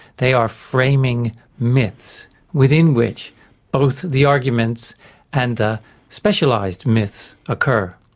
they are framing myths within which both the arguments and the specialised myths occur.